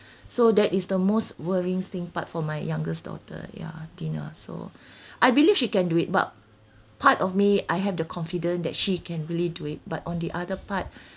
so that is the most worrying thing part for my youngest daughter ya dina so I believe she can do it but part of me I have the confidence that she can really do it but on the other part